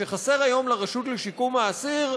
שחסר היום לרשות לשיקום האסיר,